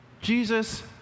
Jesus